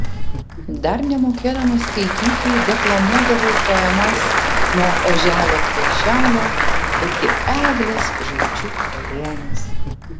dar nemokėdama skaityti deklamuodavau poemas nuo oželio kvaišelio iki eglės žalčių karalienės